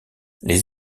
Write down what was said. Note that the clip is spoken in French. les